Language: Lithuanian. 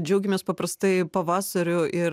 džiaugiamės paprastai pavasariu ir